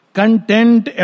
content